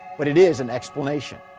but it is an explanation.